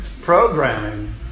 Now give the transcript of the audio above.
programming